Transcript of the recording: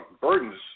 Burdens